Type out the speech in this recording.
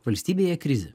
valstybėje krizė